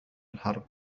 الحرب